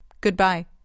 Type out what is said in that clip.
Goodbye